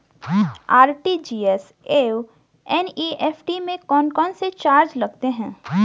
RTGS एवं NEFT में कौन कौनसे चार्ज लगते हैं?